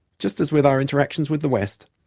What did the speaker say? just as with our interactions with the west,